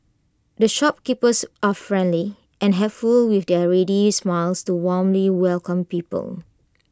the shopkeepers are friendly and helpful with their ready smiles to warmly welcome people